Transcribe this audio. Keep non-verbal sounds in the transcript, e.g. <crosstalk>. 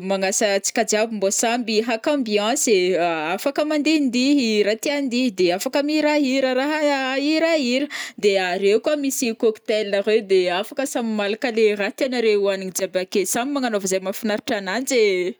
<hesitation> magnasa antsika jiaby samby haka ambiance ee, ah afaka mandihindihy raha tia andihy, de afaka mihirahira raha ihirahira, de <hesitation> ireo koa misy cocktails reo de afaka samy malaka le raha tianareo ihoanigny ijiaby ake, samy magnanaova izay mahafinaritra ananjy ee.